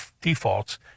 defaults